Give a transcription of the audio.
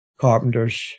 carpenters